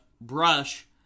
brush